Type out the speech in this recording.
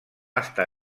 està